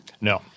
No